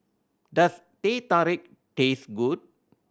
does Teh Tarik taste good